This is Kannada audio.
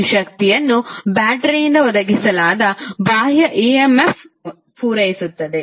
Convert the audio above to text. ಈ ಶಕ್ತಿಯನ್ನು ಬ್ಯಾಟರಿಯಿಂದ ಒದಗಿಸಲಾದ ಬಾಹ್ಯ ಎಮ್ಎಫ್ ಪೂರೈಸುತ್ತದೆ